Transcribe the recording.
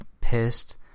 pissed